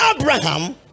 Abraham